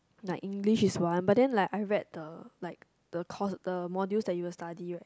like English is one but then like I read the like the course the modules that you will study right